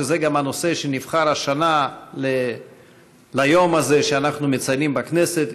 שזה גם הנושא שנבחר השנה ליום הזה שאנחנו מציינים בכנסת,